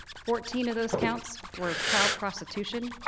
fourteen of those counts were child prostitution.